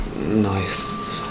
nice